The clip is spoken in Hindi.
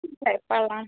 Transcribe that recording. ठीक है प्रणाम